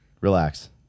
relax